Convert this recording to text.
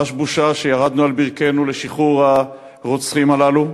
חש בושה שירדנו על ברכינו לשחרור הרוצחים הללו,